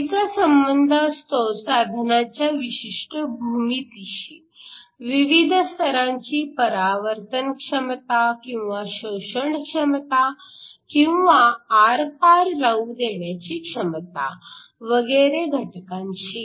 हिचा संबंध असतो साधनांच्या विशिष्ट भूमितीशी विविध स्तरांची परावर्तन क्षमता किंवा शोषण क्षमता किंवा आरपार जाऊ देण्याची क्षमता वगैरे घटकांशी